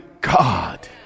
God